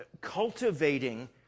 cultivating